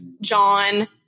John